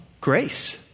grace